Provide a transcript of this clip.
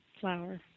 flower